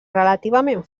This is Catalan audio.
relativament